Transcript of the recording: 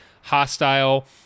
hostile